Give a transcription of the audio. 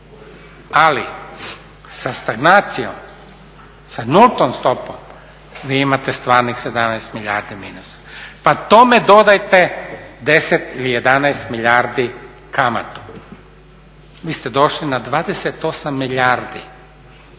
ali sa stagnacijom, sa nultom stopom vi imate stvarnih 17 milijardi minusa, pa tome dodajte 10 ili 11 milijardi kamatu, vi ste došli na 28 milijardi